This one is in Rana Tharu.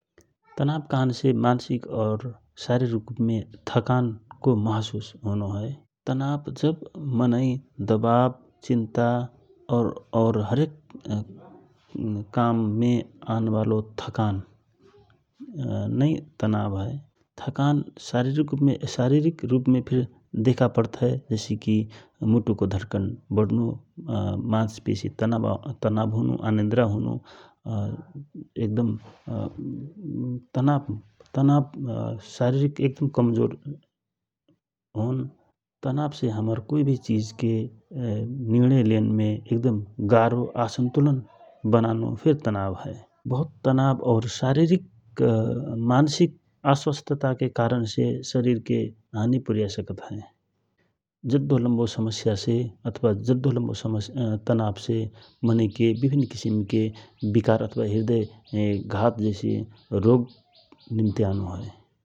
तनव कहन से मान्सिक और शारिरिक रूपमे थकानको महसुस होनो हए । तनाव जब मनै दवाव चिन्ता और हरेक काममे आनबालो थकान नै तनाब हए । थकान शारिरिक रूपमे फिर देखा पडत हए जैसिकी मुटुको धडकन बढनो मान्सपेसि तनाब होनो कचनिधा होनो एक दम तनाब तनाब शारिरिक रूपमे एक दम कमजोर होन तनाब से हमर कोइ भि चिजके निर्णयलेनके गाह्रो असन्तुल बनानो फिर तनाब हए । बहुत तनाब और शारिरिक अस्वास्थ्यताके कारण से शरिरके हानि पुगा सकत हए । जधा लम्बो समस्या से अथवा जधा लम्बो तनाब से मनै के विभिन्न किसिमके विकार अथाव घात जैसे रोग निम्त्यानो हए ।